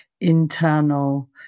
internal